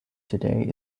today